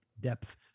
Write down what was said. depth